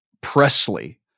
Presley